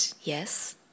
yes